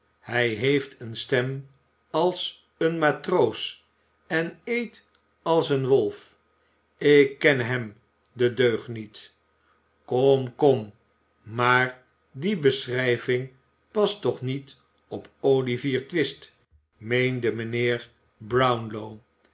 hij heeft een stem als een matroos en eet als een wolf ik ken hem den deugniet kom kom maar die beschrijving past toch niet op olivier twist meende mijnheer brownlow